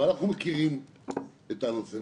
אנחנו מכירים את הנושא,